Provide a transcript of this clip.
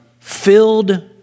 Filled